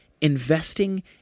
investing